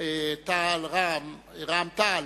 יושב-ראש רע"ם-תע"ל,